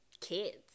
kids